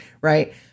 Right